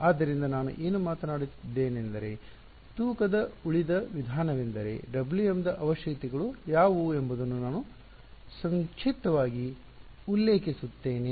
ಆದ್ದರಿಂದ ನಾನು ಏನು ಮಾತನಾಡಿದ್ದೇನೆಂದರೆ ತೂಕದ ಉಳಿದ ವಿಧಾನವೆಂದರೆ Wm ದ ಅವಶ್ಯಕತೆಗಳು ಯಾವುವು ಎಂಬುದನ್ನು ನಾನು ಸಂಕ್ಷಿಪ್ತವಾಗಿ ಉಲ್ಲೇಖಿಸುತ್ತೇನೆ